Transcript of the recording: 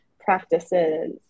practices